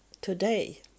today